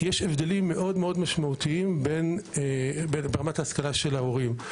כי יש הבדלים מאוד משמעותיים ברמת ההשכלה של ההורים,